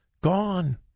gone